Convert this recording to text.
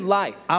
life